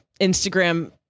Instagram